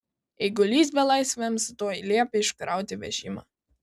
eigulys belaisviams tuoj liepė iškrauti vežimą